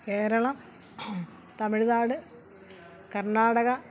Keralam Tamil Nadu Karnataka